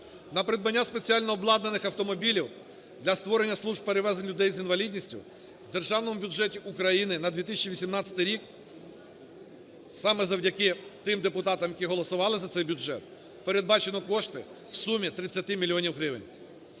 на придбання спеціально обладнаних автомобілів для створення служб перевезень людей з інвалідністю в Державному бюджеті України на 2018 рік саме завдяки тим депутатам, які голосували за цей бюджет, передбачено кошти в сумі 30 мільйонів